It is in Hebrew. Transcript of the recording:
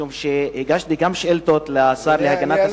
משום שהגשתי גם שאילתות לשר להגנת הסביבה,